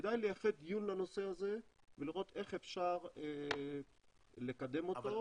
כדאי לייחד דיון לנושא הזה ולראות איך אפשר לקדם אותו.